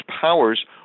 powers